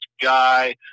guy